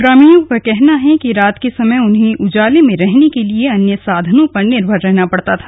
ग्रामीणों का कहना है कि रात के समय उन्हें उजाले में रहने के लिए अन्य साधनों पर निर्भर रहना पड़ता था